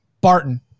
Barton